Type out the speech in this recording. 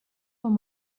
one